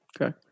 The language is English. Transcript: Okay